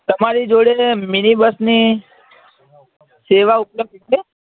તમારી જોડે મિનિ બસની સેવા ઉપલબ્ધ છે